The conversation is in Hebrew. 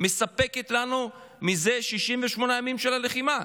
מספקת לנו מזה 68 ימים של הלחימה.